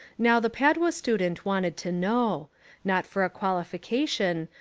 now the padua student wanted to know not for a qualification,